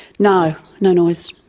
no. no noise,